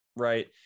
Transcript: right